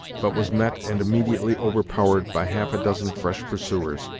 but was met and immediately overpowered by half a dozen fresh pursuers,